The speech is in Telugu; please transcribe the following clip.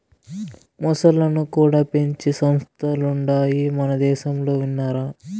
మొసల్లను కూడా పెంచే సంస్థలుండాయి మనదేశంలో విన్నారా